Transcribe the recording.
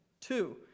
Two